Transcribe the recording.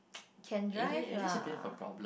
can drive lah